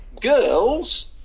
girls